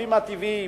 השותפים הטבעיים.